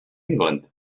england